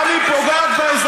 גם אם זה פוגע באזרחים.